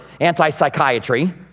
anti-psychiatry